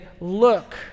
look